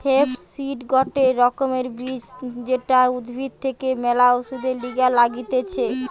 hemp seed গটে রকমের বীজ যেটা উদ্ভিদ থেকে ম্যালা ওষুধের লিগে লাগতিছে